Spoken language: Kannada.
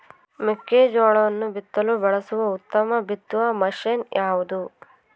ಮೆಕ್ಕೆಜೋಳವನ್ನು ಬಿತ್ತಲು ಬಳಸುವ ಉತ್ತಮ ಬಿತ್ತುವ ಮಷೇನ್ ಯಾವುದು?